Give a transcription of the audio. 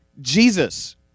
Jesus